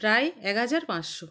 প্রায় এক হাজার পাঁচশো